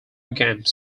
games